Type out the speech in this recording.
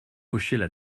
hochaient